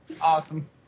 awesome